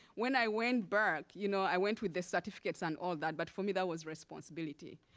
when i went back, you know i went with the certificates and all that, but for me that was responsibility.